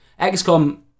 XCOM